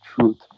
truth